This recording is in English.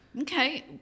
Okay